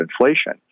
inflation